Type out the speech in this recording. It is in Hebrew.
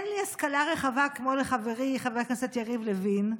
אין לי השכלה רחבה כמו לחברי חבר הכנסת יריב לוין,